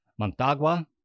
Montagua